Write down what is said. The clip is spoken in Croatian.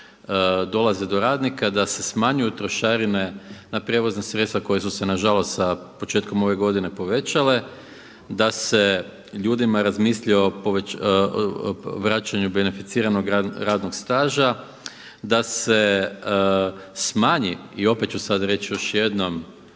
dolaze do radnika, da se smanjuju trošarine na prijevozna sredstva koja su se nažalost sa početkom ove godine povećale. Da se ljudima razmisli o vraćanju beneficiranog radnog staža, da se smanji, i opet ću sada reći još jednom